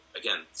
again